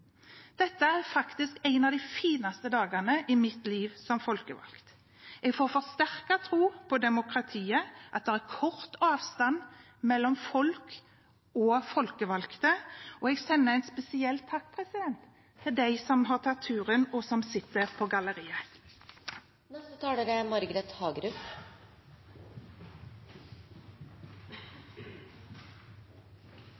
Dette er faktisk en av de fineste dagene i mitt liv som folkevalgt. Jeg får forsterket tro på demokratiet og på at det er kort avstand mellom folk og folkevalgte. Jeg sender en spesiell takk til dem som har tatt turen hit og sitter på galleriet. I all hovedsak er